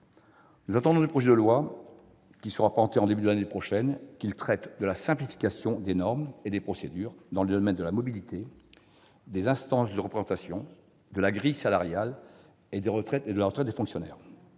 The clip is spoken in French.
Nous attendons du projet de loi qui sera présenté au début de l'année prochaine qu'il traite de la simplification des normes et des procédures dans les domaines de la mobilité, des instances de représentation, de la grille salariale et de la retraite des fonctionnaires.